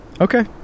Okay